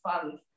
fun